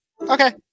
okay